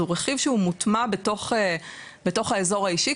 זה רכיב שהוא מוטמע בתוך האזור האישי,